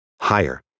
higher